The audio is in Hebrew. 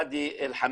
ואדי אל חמאם.